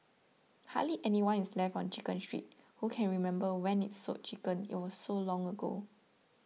hardly anyone is left on Chicken Street who can remember when it sold chickens it was so long ago